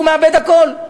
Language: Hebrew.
הוא מאבד הכול.